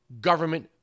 government